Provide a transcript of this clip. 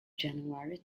january